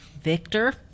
victor